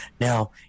now